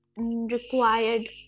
required